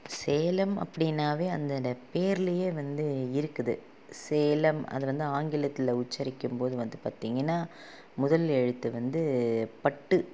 சேலம் அப்படினாவே அந்த பேர்லேயே வந்து இருக்குது சேலம் அது வந்து ஆங்கிலத்தில் உச்சரிக்கும்போது வந்து பார்த்திங்கன்னா முதல் எழுத்து வந்து பட்டு